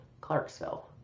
Clarksville